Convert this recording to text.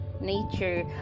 nature